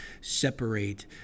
separate